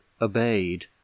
obeyed